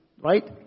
Right